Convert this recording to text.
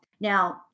Now